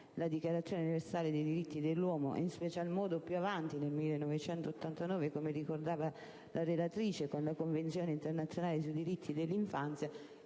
la Dichiarazione universale dei diritti dell'uomo) e in special modo più avanti, nel 1989, come ricordava la relatrice, con la Convenzione internazionale sui diritti del fanciullo,